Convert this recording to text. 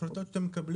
החלטות שאתם מקבלים.